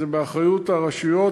זה באחריות הרשויות,